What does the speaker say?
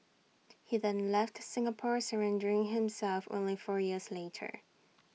he then left Singapore surrendering himself only four years later